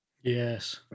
Yes